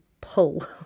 pull